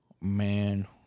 Man